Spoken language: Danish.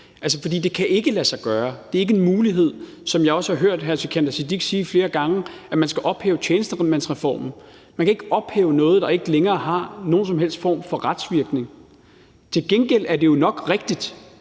det kan ikke lade sig gøre, det er ikke en mulighed. Som jeg også har hørt hr. Sikandar Siddique sige flere gange, skal man ophæve tjenestemandsreformen, men man kan ikke ophæve noget, der ikke længere har nogen som helst form for retsvirkning. Til gengæld er det jo nok rigtigt